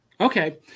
Okay